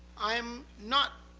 i'm not